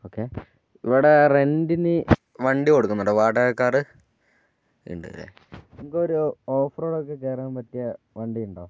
okay ഇവിടെ റെന്റിനു വണ്ടി കൊടുക്കുന്നുണ്ടോ വാടകക്കാർ ഉണ്ട് അല്ലേ നമുക്കൊരു ഓഫ് റോഡൊക്കെ കയറാൻ പറ്റിയ വണ്ടിയുണ്ടോ